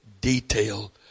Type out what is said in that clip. detail